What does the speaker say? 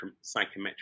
psychometric